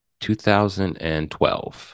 2012